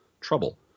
trouble